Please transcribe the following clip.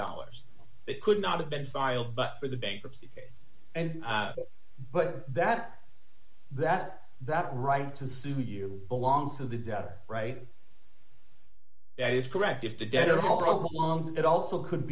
dollars that could not have been filed but for the bankruptcy and but that that that right to sue you belong to the debt right that is correct if the debt all problems it also could